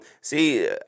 See